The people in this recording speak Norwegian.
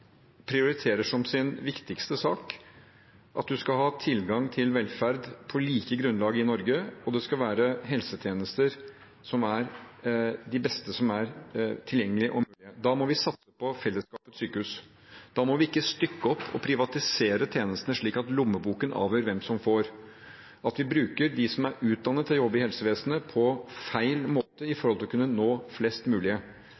prioriterer som sin viktigste sak at man skal ha tilgang til velferd på likt grunnlag i Norge, og det skal være helsetjenester som er de beste som er tilgjengelige og mulige. Da må vi satse på fellesskapets sykehus. Da må vi ikke stykke opp og privatisere tjenestene slik at lommeboken avgjør hvem som får, at vi bruker de som er utdannet til å jobbe i helsevesenet, på feil måte